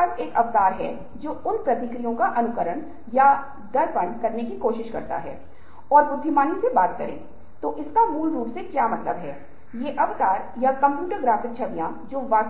व्यक्ति की तुलना में जो उस विशेष मुद्दे का अनुभव नहीं करता है